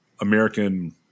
American